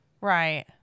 Right